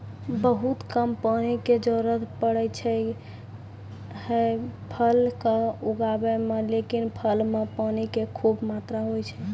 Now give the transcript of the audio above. बहुत कम पानी के जरूरत पड़ै छै है फल कॅ उगाबै मॅ, लेकिन फल मॅ पानी के खूब मात्रा होय छै